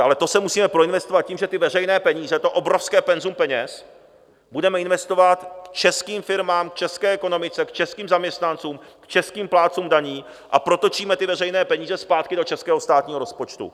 Ale to se musíme proinvestovat tím, že ty veřejné peníze, to obrovské penzum peněz budeme investovat do českých firem, do české ekonomiky, do českých zaměstnanců, do českých plátců daní, a protočíme ty veřejné peníze zpátky do českého státního rozpočtu.